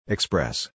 Express